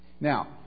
Now